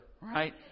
right